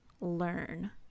learn